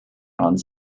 ons